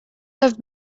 have